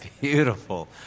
beautiful